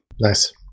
Nice